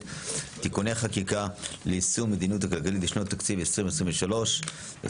(תיקוני חקיקה ליישום המדיניות הכלכלית לשנות התקציב 2023 ו-2024),